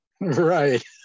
Right